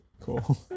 cool